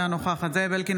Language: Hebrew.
אינה נוכחת זאב אלקין,